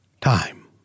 Time